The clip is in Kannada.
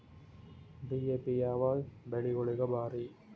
ಡಿ.ಎ.ಪಿ ಯಾವ ಬೆಳಿಗೊಳಿಗ ಭಾರಿ?